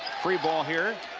free ball here